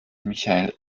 michael